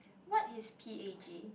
what is p_a_g